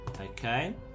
Okay